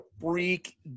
Freak